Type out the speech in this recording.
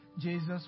Jesus